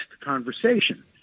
conversation